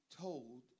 told